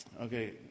Okay